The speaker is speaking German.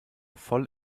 voll